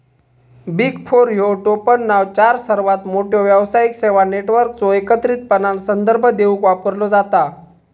big four ह्यो टोपणनाव चार सर्वात मोठ्यो व्यावसायिक सेवा नेटवर्कचो एकत्रितपणान संदर्भ देवूक वापरलो जाता